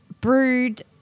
brewed